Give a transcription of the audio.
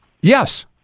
Yes